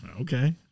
okay